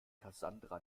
cassandra